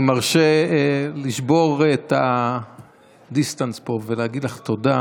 אני מרשה לשבור את הדיסטנס פה ולהגיד לך תודה